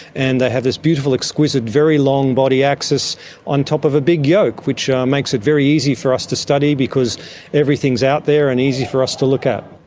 and they have this beautiful exquisite very long body axis on top of a big yoke, which makes it very easy for us to study, because everything is out there and easy for us to look at.